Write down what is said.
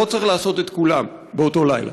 לא צריך לעשות את כולם באותו לילה.